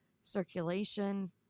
circulation